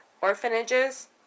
orphanages